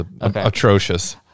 atrocious